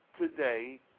today